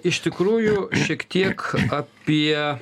iš tikrųjų šiek tiek apie